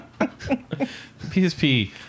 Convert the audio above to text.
PSP